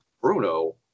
Bruno